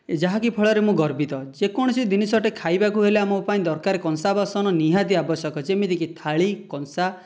ଯାହାକି ଫଳରେ ମୁଁ ଗର୍ବିତ ଯେ କୌଣସି ଜିନିଷଟେ ଖାଇବାକୁ ହେଲେ ଆମ ପାଇଁ ଦରକାର କଂସା ବାସନ ନିହାତି ଆବଶ୍ୟକ ଯେମିତିକି ଥାଳି କଂସା